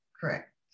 Correct